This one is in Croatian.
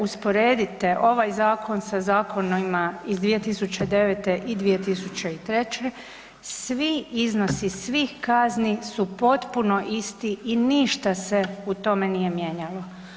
Usporedite ovaj zakon sa zakonima iz 2009.i 2003.svi iznosi svih kazni su potpuno isti i ništa se u tome nije mijenjalo.